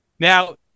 Now